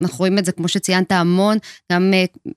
אנחנו רואים את זה כמו שציינת המון, גם...